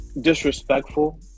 disrespectful